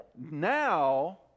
Now